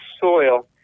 soil